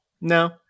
no